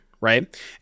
right